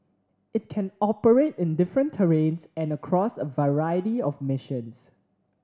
it can operate in different terrains and across a variety of missions